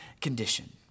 condition